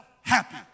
happy